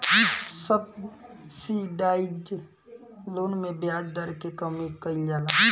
subsidised loan में ब्याज दर के कमी कइल जाला